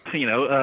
you know,